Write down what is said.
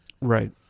Right